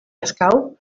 escau